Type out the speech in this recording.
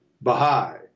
Baha'i